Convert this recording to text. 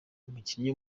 umukinnyi